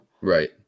right